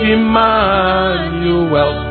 Emmanuel